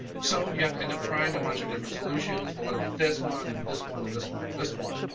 so you have to end up trying a bunch of different solutions but what about this one and this one and this one and this one.